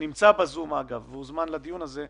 שנמצא בזום והוזמן לדיון הזה.